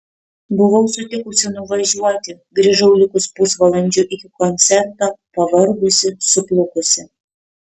buvau sutikusi nuvažiuoti grįžau likus pusvalandžiui iki koncerto pavargusi suplukusi